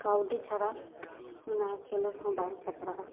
ᱠᱟᱹᱣᱰᱤ ᱪᱷᱟᱲᱟ ᱚᱱᱟ ᱠᱷᱮᱞᱳᱰ ᱦᱚᱸ ᱵᱟᱝ ᱥᱟᱯᱲᱟᱜᱼᱟ